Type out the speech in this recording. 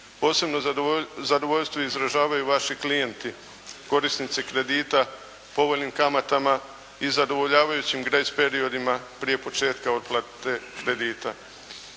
Posebno zadovoljstvo izražavaju vaši klijenti korisnici kredita, povoljnim kamatama i zadovoljavajućim grace periodima prije početka otplate kredita.